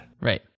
right